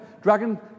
Dragon